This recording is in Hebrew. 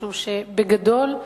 משום שבגדול,